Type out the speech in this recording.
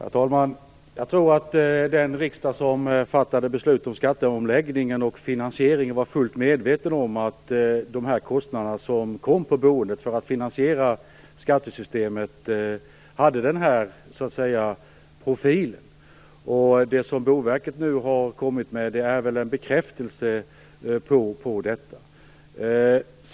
Herr talman! Jag tror att den riksdag som fattade beslut om skatteomläggningen och dess finansiering var fullt medveten om att de kostnader som skulle komma på boendesidan hade den här profilen. Vad Boverket nu har kommit med är väl en bekräftelse på detta.